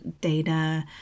data